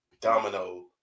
domino